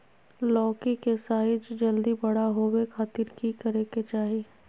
लौकी के साइज जल्दी बड़ा होबे खातिर की करे के चाही?